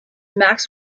max